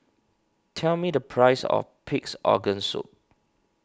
tell me the price of Pig's Organ Soup